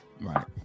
Right